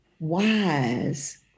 wise